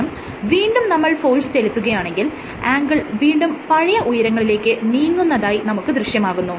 ശേഷം വീണ്ടും നമ്മൾ ഫോഴ്സ് ചെലുത്തുകയാണെങ്കിൽ ആംഗിൾ വീണ്ടും പഴയ ഉയരങ്ങളിലേക്ക് നീങ്ങുന്നതായി നമുക്ക് ദൃശ്യമാകുന്നു